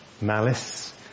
malice